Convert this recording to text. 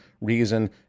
reason